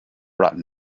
brought